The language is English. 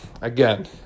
again